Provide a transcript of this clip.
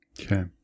Okay